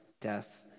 death